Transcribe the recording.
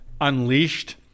unleashed